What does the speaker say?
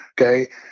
Okay